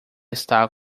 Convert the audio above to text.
está